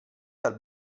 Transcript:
dal